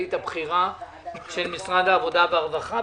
הסמנכ"לית הבכירה של משרד העבודה והרווחה.